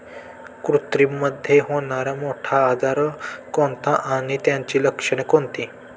कुत्रीमध्ये होणारा मोठा आजार कोणता आणि त्याची लक्षणे कोणती?